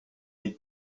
est